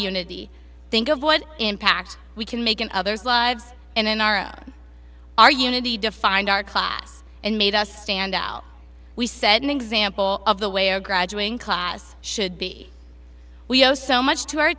unity think of what impact we can make in others lives and in our own our unity defined our class and made us stand out we set an example of the way a graduating class should be we owe so much to our